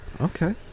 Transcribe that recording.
Okay